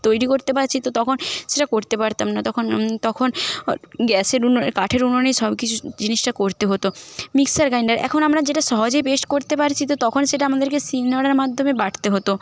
তৈরি করতে পারছি তো তখন সেটা করতে পারতাম না তখন তখন গ্যাসের উনুনে কাঠের উনুনে সব কিছু জিনিসটা করতে হত মিক্সার গ্রাইন্ডার এখন আমরা যেটা সহজেই পেস্ট করতে পারছি তো তখন সেটা আমাদেরকে শিলনোড়ার মাধ্যমে বাটতে হত